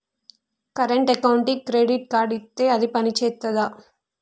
Current అకౌంట్కి credit card ఇత్తే అది పని చేత్తదా?